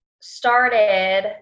started